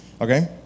Okay